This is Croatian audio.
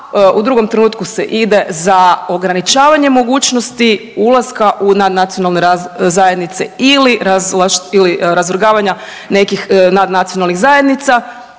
u drugom trenutku se ide za ograničavanjem mogućnosti ulaska u, na nacionalne ra…, zajednice ili razvlaš…, ili razvrgavanja nekih nad nacionalnih zajednica